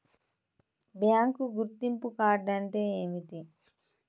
Bank గుర్తింపు card అంటే ఏమిటి?